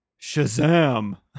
Shazam